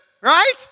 right